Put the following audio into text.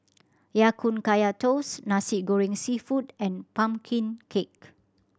Ya Kun Kaya Toast Nasi Goreng Seafood and pumpkin cake